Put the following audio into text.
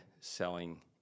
selling